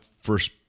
first